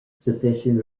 sufficient